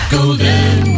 Golden